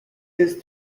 his